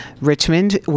Richmond